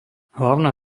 hlavná